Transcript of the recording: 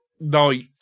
night